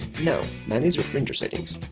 now manage your printer settings.